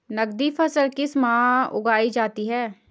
नकदी फसल किस माह उगाई जाती है?